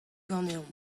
ganeomp